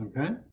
Okay